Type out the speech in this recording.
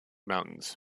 mountains